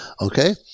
Okay